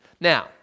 Now